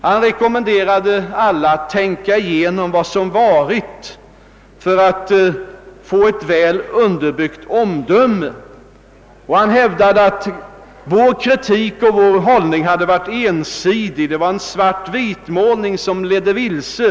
Han rekommenderade alla att tänka igenom vad som varit för att få ett väl underbyggt omdöme, och han hävdade att vår kritik och hållning varit ensidig och att det rörde sig om en målning i svart-vitt som ledde vilse.